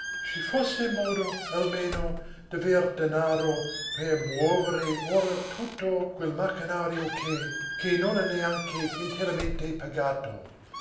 ci fosse modo almeno d'aver danaro per muovere ora tutto quel macchinario che che non è neanche interamente pagato